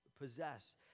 possess